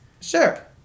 Sure